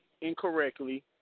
incorrectly